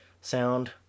sound